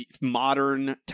modern